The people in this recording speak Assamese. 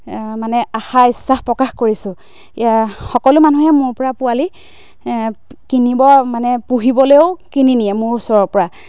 মানে আশা ইচ্ছা প্ৰকাশ কৰিছোঁ এয়া সকলো মানুহে মোৰ পৰা পোৱালি এ কিনিব মানে পুহিবলৈও কিনি নিয়ে মোৰ ওচৰৰ পৰা